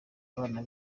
abana